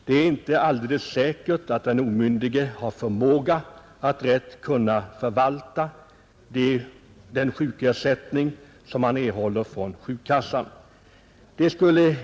Det är inte alldeles säkert att den omyndige har förmåga att rätt förvalta den sjukersättning han erhåller från sjukkassan.